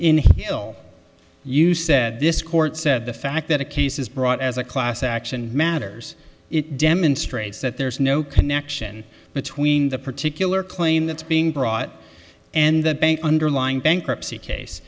in you said this court said the fact that a case is brought as a class action matters it demonstrates that there is no connection between the particular claim that's being brought and the bank underlying bankruptcy case